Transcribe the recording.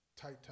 tight